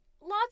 Lots